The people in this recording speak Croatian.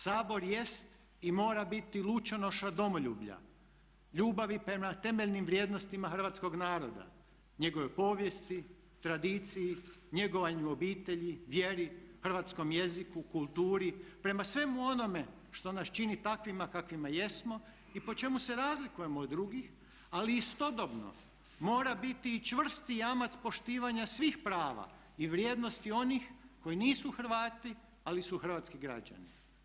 Sabor jest i mora biti lučonoša domoljublja, ljubavi prema temeljnim vrijednostima hrvatskog naroda, njegove povijesti, tradiciji, njegovanju obitelji, vjeri, hrvatskom jeziku, kulturi prema svemu onome što nas čini takvima kakvima jesmo i po čemu se razlikujemo od drugih ali istodobno mora biti i čvrsti jamac poštivanja svih prava i vrijednosti onih koji nisu Hrvati ali su hrvatski građani.